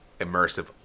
immersive